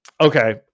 Okay